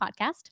podcast